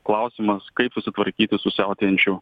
klausimas kaip susitvarkyti su siautėjančiu